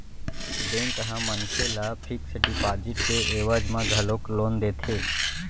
bank ह मनखे ल फिक्स डिपाजिट के एवज म घलोक लोन देथे